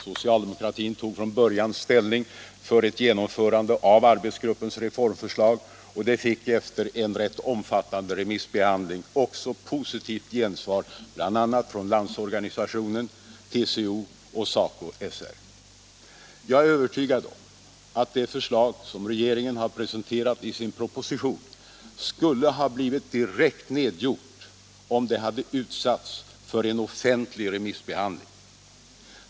Socialdemokratin tog från början ställning för ett genomförande av arbetsgruppens reformförslag, och det fick efter en rätt omfattande remissbehandling också positivt gensvar, bl.a. från LO, TCO och SACO/SR. Jag är övertygad om att det förslag som regeringen har presenterat i sin proposition skulle ha blivit direkt nedgjort om det hade utsatts för en offentlig remissbehandling.